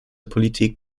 politik